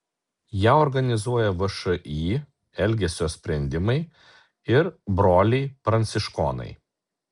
ją organizuoja všį elgesio sprendimai ir broliai pranciškonai